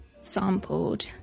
sampled